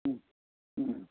ও ও